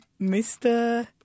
Mr